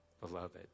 beloved